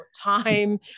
time